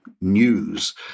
news